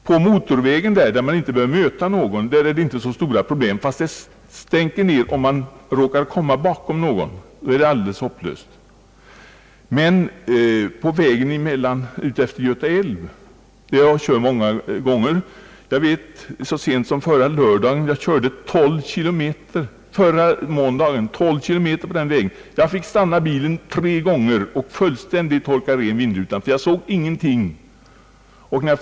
På motorvägen, där man inte behöver möta någon, är det inte så stora problem bortsett från att att man blir nedstänkt om man råkar komma bakom någon annan bil. Då är det alldeles hopplöst. På vägen utmed Göta älv, som jag har kört många gånger, är förhållandena däremot annorlunda. Så sent som förra måndagen körde jag 12 km och fick på den sträckan stanna bilen tre gånger och torka ren vindrulan, ty jag såg ingenting genom den.